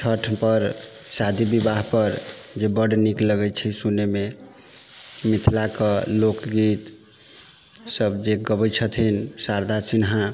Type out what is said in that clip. छठि पर शादी बिबाह पर जे बड नीक लगै छै सुनय मे मिथिला के लोकगीत सब जे गबै छथिन शारदा सिन्हा